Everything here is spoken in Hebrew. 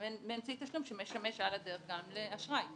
ובאמצעי תשלום שמשמש על הדרך גם לאשראי.